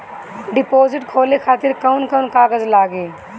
Deposit खोले खातिर कौन कौन कागज लागी?